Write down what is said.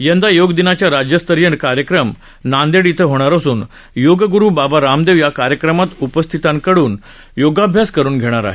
यंदा योगदिनाचा राज्यस्तरीय कार्यक्रम नांदेड इथं होणार असून योगगुरु बाबा रामदेव या कार्यक्रमात उपस्थितांकडून योगाभ्यास करून घेणार आहेत